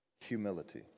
humility